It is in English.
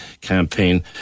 campaign